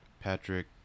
Patrick